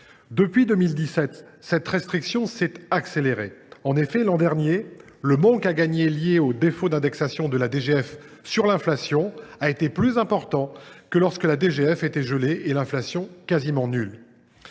depuis 2017, cette restriction s’est accélérée. L’an dernier, le manque à gagner lié au défaut d’indexation de la DGF sur l’inflation a été plus important que lorsque cette dotation était gelée et l’inflation quasi nulle.